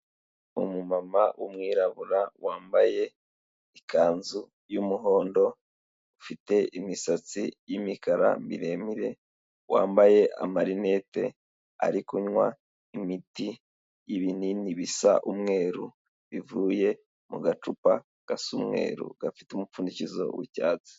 Umumama w'umwirabura wambaye ikanzu y'umuhondo, ufite imisatsi y'imikara miremire, wambaye amarinete ari kunywa imiti y'ibinini bisa umweru bivuye mu gacupa gasa umweru, gafite umupfundikizo w'icyatsi.